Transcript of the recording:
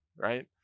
right